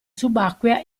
subacquea